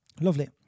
Lovely